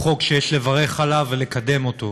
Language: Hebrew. הוא חוק שיש לברך עליו ולקדם אותו.